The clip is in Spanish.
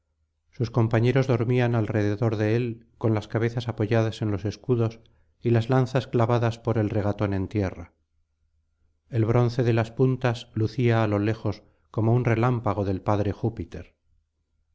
sus compañeros dormían alrededor de él con las cabezas apoyadas en los escudos y las lanzas clavadas por el regatón en tierra el bronce de las puntas lucía á lo lejos como un relámpago del padre júpiter